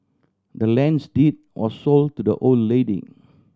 the land's deed was sold to the old lady